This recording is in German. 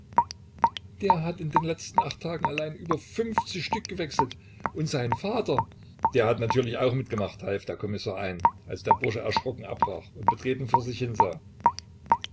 der hat in den letzten acht tagen allein über stück gewechselt und sein vater der hat natürlich auch mitgemacht half der kommissar ein als der bursche erschrocken abbrach und betreten vor sich hin sah